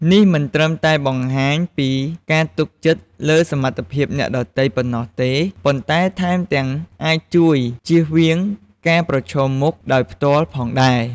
នេះមិនត្រឹមតែបង្ហាញពីការទុកចិត្តលើសមត្ថភាពអ្នកដទៃប៉ុណ្ណោះទេ ប៉ុន្តែថែមទាំងអាចជួយជៀសវាងការប្រឈមមុខដោយផ្ទាល់ផងដែរ។